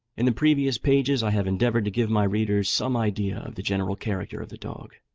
in the previous pages i have endeavoured to give my readers some idea of the general character of the dog,